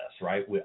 right